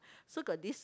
so got this